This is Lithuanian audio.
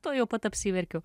tuojau pat apsiverkiau